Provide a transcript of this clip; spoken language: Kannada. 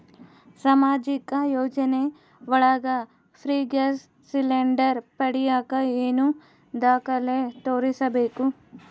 ಸಾಮಾಜಿಕ ಯೋಜನೆ ಒಳಗ ಫ್ರೇ ಗ್ಯಾಸ್ ಸಿಲಿಂಡರ್ ಪಡಿಯಾಕ ಏನು ದಾಖಲೆ ತೋರಿಸ್ಬೇಕು?